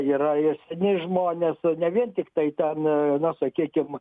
yra ir seni žmonės ne vien tiktai ten na sakykim